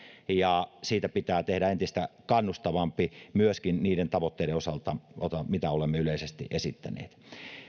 ja siitä pitää tehdä entistä kannustavampi myöskin niiden tavoitteiden osalta mitä olemme yleisesti esittäneet